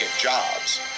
jobs